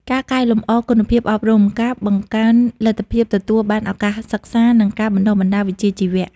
ការកែលម្អគុណភាពអប់រំ ការបង្កើនលទ្ធភាពទទួលបានឱកាសសិក្សា និងការបណ្តុះបណ្តាលវិជ្ជាជីវៈ។